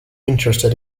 interested